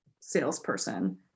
salesperson